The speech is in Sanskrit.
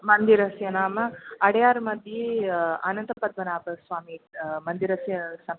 मन्दिरस्य नाम अडेयार् मध्ये अनन्त पद्मनाभस्वामि मन्दिरस्य समीपं